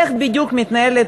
איך בדיוק מתנהל,